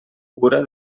cura